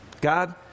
God